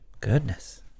Goodness